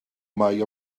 mae